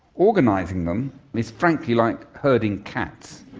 organising them is frankly like herding cats.